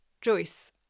Joyce